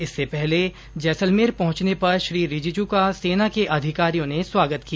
इससे पहले जैसलमेर पहुंचने पर श्री रिजीजू का सेना के अधिकारियों ने स्वागत किया